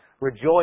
Rejoice